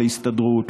להסתדרות,